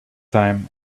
time